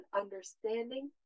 understanding